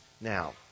Now